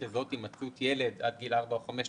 לזהות הימצאות ילד" עד גיל ארבע או חמש,